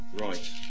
Right